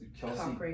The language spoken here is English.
Kelsey